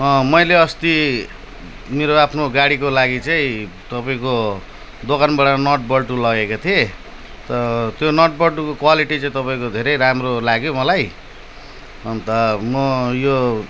मैले अस्ति मेरो आफ्नो गाडीको लागि चाहिँ तपाईँको दोकानबाट नट बल्टु लगेको थिएँ त त्यो नट बल्टुको क्वालिटी चाहिँ तपाईँको धेरै राम्रो लाग्यो मलाई अन्त म यो